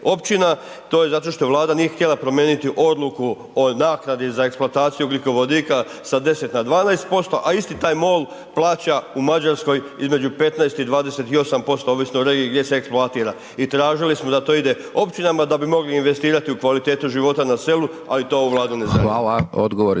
to je zato što Vlada nije htjela promijeniti odluku o naknadi za eksploataciju ugljikovodika sa 10 na 12% a isti taj MOL plaća u Mađarskoj između 15 i 28%, ovisno o regiji gdje se eksploatira i tražili smo da to ide općinama da bi mogli investirati u kvalitetu života na selu ali to ovu Vladu ne zanima. **Hajdaš Dončić,